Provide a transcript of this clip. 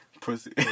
Pussy